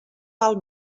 val